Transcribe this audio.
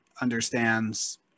understands